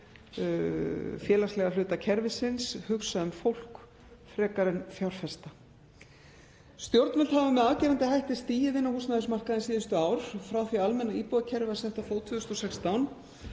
félagslega hluta kerfisins, hugsa um fólk frekar en fjárfesta. Stjórnvöld hafa með afgerandi hætti er stigið inn á húsnæðismarkaðinn síðustu ár. Frá því að almenna íbúðakerfið var sett á fót 2016